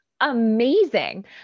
amazing